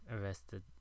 arrested